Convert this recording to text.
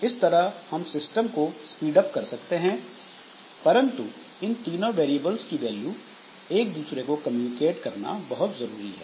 इस तरह हम सिस्टम को स्पीड अप कर सकते हैं परंतु इन तीनों वेरीयेबल्स की वैल्यू एक दूसरे को कम्युनिकेट करना भी बहुत जरूरी है